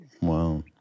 Wow